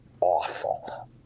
awful